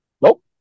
Nope